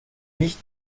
nicht